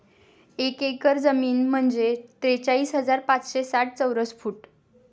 एक एकर जमीन म्हणजे त्रेचाळीस हजार पाचशे साठ चौरस फूट